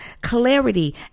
clarity